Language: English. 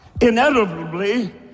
Inevitably